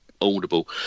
audible